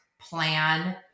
plan